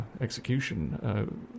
execution